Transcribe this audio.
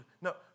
No